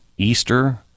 Easter